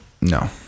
No